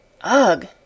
Ugh